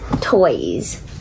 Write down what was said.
toys